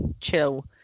chill